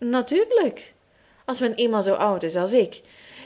natuurlijk als men eenmaal zoo oud is als ik